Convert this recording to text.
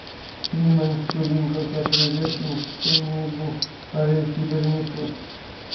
ji man skolinga keturiasdešimt pfenigų pareiškė berniukas